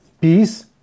peace